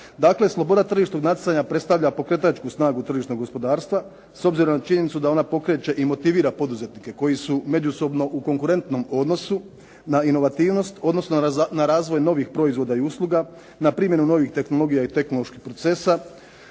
sloboda tržišnog natjecanja predstavlja pokretačku snagu tržišnog gospodarstva s obzirom na činjenicu da ona pokreče i motivira poduzetnike koji su u međusobno u konkurentom odnosu na inovativnost odnosno na razvoj novih proizvoda i usluga, na primjenu novih tehnologija i tehnoloških procesa,